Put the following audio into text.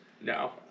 No